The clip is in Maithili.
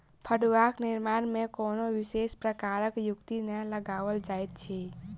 फड़ुआक निर्माण मे कोनो विशेष प्रकारक युक्ति नै लगाओल जाइत अछि